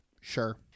sure